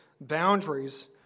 boundaries